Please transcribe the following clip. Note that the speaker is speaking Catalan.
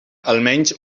almenys